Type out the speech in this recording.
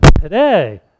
today